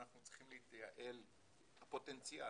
הפוטנציאל,